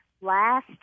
last